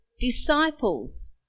disciples